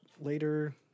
later